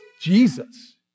Jesus